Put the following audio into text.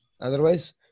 Otherwise